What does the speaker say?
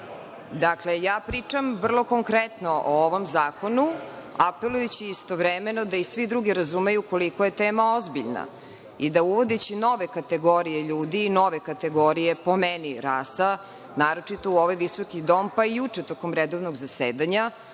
Hvala. Dakle, ja pričam vrlo konkretno o ovom zakonu, apelujući istovremeno da i svi drugi razumeju koliko je tema ozbiljna i da uvodeći nove kategorije ljudi i nove kategorije, po meni, rasa, naročito u ovaj visoki dom, pa i juče tokom redovnog zasedanja,